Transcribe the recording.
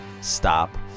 Stop